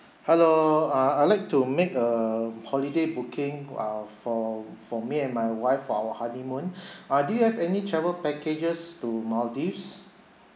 hello uh I'd like to make a holiday booking err for for me and my wife for our honeymoon uh do you have any travel packages to maldives